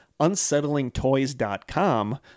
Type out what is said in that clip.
unsettlingtoys.com